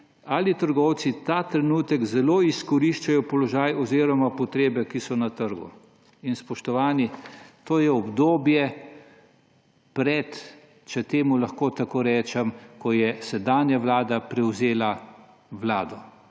ali trgovci ta trenutek zelo izkoriščajo položaj oziroma potrebe, ki so na trgu.« In spoštovani, to je obdobje, če temu lahko tako rečem, ko je sedanja vlada prevzela vlado